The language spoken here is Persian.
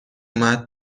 اومد